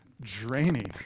draining